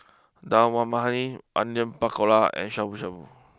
Dal Makhani Onion Pakora and Shabu Shabu